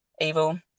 evil